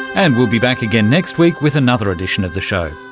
and we'll be back again next week with another edition of the show.